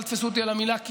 אל תתפסו אותי במילה,